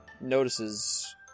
notices